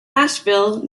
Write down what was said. asheville